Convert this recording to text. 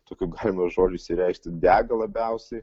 tokiu galima žodžiu išsireikšti dega labiausiai